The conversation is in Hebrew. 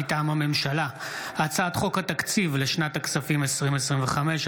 מטעם הממשלה: הצעת חוק התקציב לשנת הכספים 2025,